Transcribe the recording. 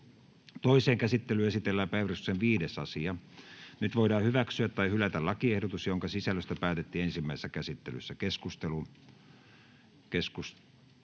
Toiseen käsittelyyn esitellään päiväjärjestyksen 4. asia. Nyt voidaan hyväksyä tai hylätä lakiehdotukset, joiden sisällöstä päätettiin ensimmäisessä käsittelyssä. — Keskustelu,